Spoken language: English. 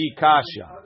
Ikasha